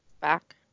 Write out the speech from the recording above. back